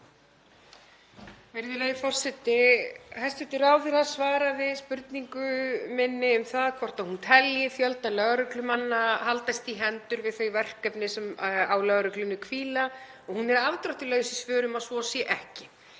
Virðulegi forseti. Hæstv. ráðherra svaraði spurningu minni um það hvort hún telji fjölda lögreglumanna haldast í hendur við þau verkefni sem á lögreglunni hvíla og hún er afdráttarlaus í svörum um að svo sé ekki.